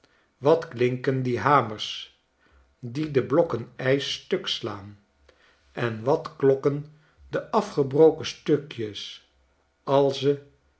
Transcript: wat klinken die hamers die de blokken ijs stuk slaan en wat klokken de afgebroken stukjes als ze